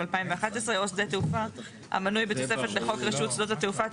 התשע"א-2011 או שדה תעופה המנוי בתוספת לחוק רשות שדות התעופה,